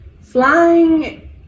flying